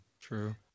True